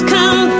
Come